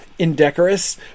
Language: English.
indecorous